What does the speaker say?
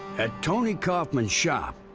at tony coffman's shop.